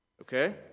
Okay